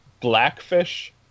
Blackfish